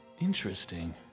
Interesting